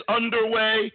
underway